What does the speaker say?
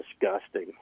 disgusting